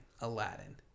Aladdin